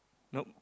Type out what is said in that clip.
nope